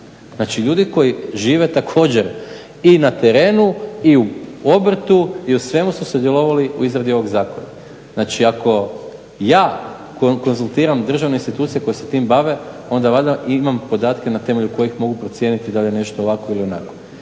Znači ljudi koji žive također i na terenu i u obrtu i u svemu su sudjelovali u izradi ovog zakona. Znači ako ja konzultiram državne institucije koje se tim bave onda valjda imam podatke na temelju kojih mogu procijeniti da li je nešto ovako ili onako,